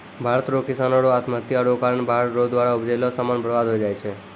भारत रो किसानो रो आत्महत्या रो कारण बाढ़ रो द्वारा उपजैलो समान बर्बाद होय जाय छै